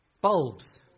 bulbs